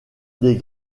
des